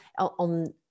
on